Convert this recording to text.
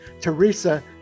Teresa